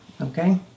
Okay